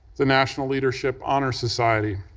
the national leadership honor society.